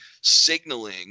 signaling